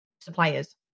suppliers